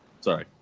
Sorry